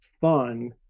fun